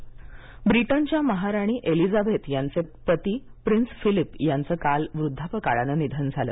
निधन ब्रिटनच्या महाराणी ऐलीझाबेथ यांचे पती प्रिन्स फिलीप यांचं काल वृद्धपकाळाने निधन झालं